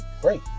great